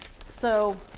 so,